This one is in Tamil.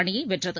அணியை வென்றது